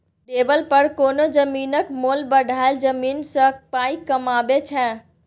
developer कोनो जमीनक मोल बढ़ाए जमीन सँ पाइ कमाबै छै